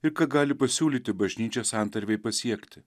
ir ką gali pasiūlyti bažnyčia santarvei pasiekti